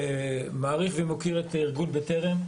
אני מעריך ומוקיר את ארגון בטרם,